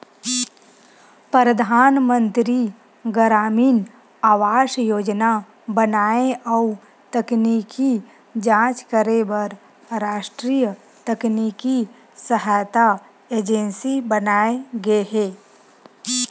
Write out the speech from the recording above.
परधानमंतरी गरामीन आवास योजना बनाए अउ तकनीकी जांच करे बर रास्टीय तकनीकी सहायता एजेंसी बनाये गे हे